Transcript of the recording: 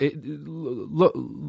look